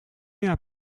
jij